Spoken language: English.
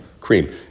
cream